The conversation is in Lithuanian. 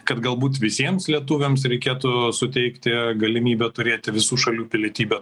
kad galbūt visiems lietuviams reikėtų suteikti galimybę turėti visų šalių pilietybę